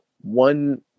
one